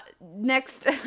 Next